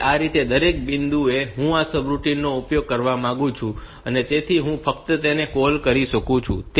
તેથી આ રીતે દરેક બિંદુએ હું આ રૂટિન નો ઉપયોગ કરવા માંગુ છું તેથી હું ફક્ત તેને કૉલ કરી શકું છું